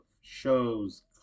shows